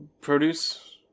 produce